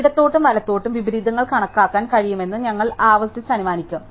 അതിനാൽ ഇടത്തോട്ടും വലത്തോട്ടും വിപരീതങ്ങൾ കണക്കാക്കാൻ കഴിയുമെന്ന് ഞങ്ങൾ ആവർത്തിച്ച് അനുമാനിക്കും